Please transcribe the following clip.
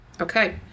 okay